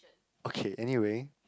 okay anyway